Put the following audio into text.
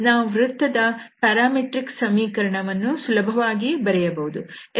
ನಾವು ವೃತ್ತದ ಪ್ಯಾರಾಮೆಟ್ರಿಕ್ ಸಮೀಕರಣವನ್ನು ಸುಲಭವಾಗಿ ಬರೆಯಬಹುದು